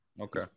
Okay